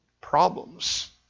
Problems